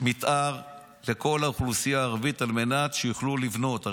מתאר לכל האוכלוסייה הערבית, על מנת שיוכלו לבנות.